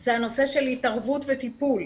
זה הנושא של התערבות וטיפול,